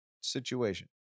situation